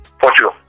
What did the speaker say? Portugal